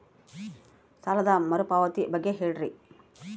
ಸಾಲ ಮರುಪಾವತಿ ಬಗ್ಗೆ ಹೇಳ್ರಿ?